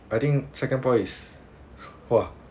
I think second point is !wah!